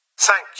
Thank